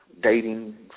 dating